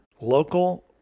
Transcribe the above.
Local